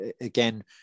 again